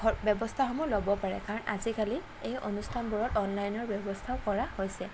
ঘৰ ব্যৱস্থাসমূহ ল'ব পাৰে কাৰণ আজিকালি এই অনুষ্ঠানবোৰত অনলাইনৰ ব্যৱস্থাও কৰা হৈছে